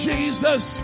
Jesus